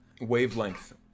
wavelength